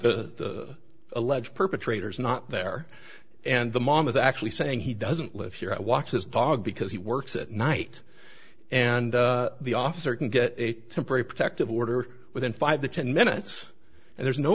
the alleged perpetrator is not there and the mom is actually saying he doesn't live here i watch his dog because he works at night and the officer can get a temporary protective order within five to ten minutes and there's no